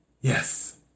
yes